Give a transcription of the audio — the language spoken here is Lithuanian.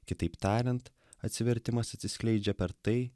kitaip tariant atsivertimas atsiskleidžia per tai